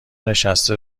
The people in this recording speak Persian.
نشسته